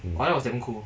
mm